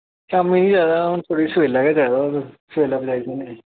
शामीं गै चाहिदा थोहाड़ा सबेल्ला गै चाहिदा सबेल्ला पुजाई देओ